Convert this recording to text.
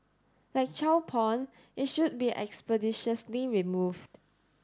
like child porn it should be expeditiously removed